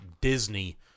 Disney